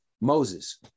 Moses